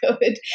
good